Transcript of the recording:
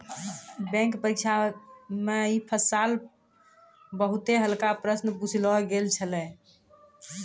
bank परीक्षा म है साल बहुते हल्का प्रश्न पुछलो गेल छलै